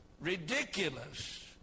ridiculous